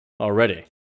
already